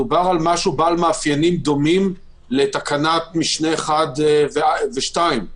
מדובר על משהו בעל מאפיינים דומים לתקנת משנה (1) ו-(2).